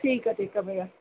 ठीकु आहे ठीकु आहे भईया